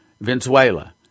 Venezuela